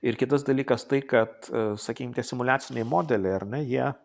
ir kitas dalykas tai kad sakykim tie simuliaciniai modeliai ar ne jie